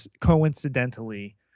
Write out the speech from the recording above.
coincidentally